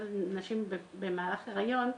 על נשים במהלך הריון,